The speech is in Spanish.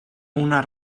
una